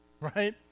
right